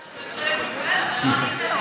של ממשלת ישראל,